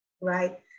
right